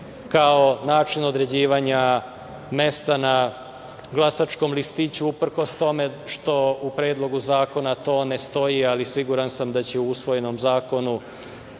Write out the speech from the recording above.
kao način određivanja mesta na glasačkom listiću, uprkos tome što u predlogu zakona, to ne stoji, ali sam siguran da će u usvojenom zakonu,